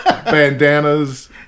bandanas